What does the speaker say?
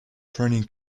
training